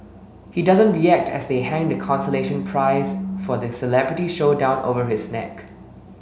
he doesn't react as they hang the consolation prize for the celebrity showdown over his neck